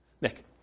Nick